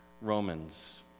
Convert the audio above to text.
Romans